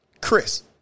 Chris